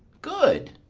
good.